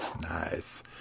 Nice